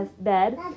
bed